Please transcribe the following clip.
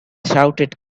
shouted